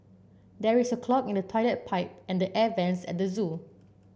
there is a clog in the toilet pipe and the air vents at the zoo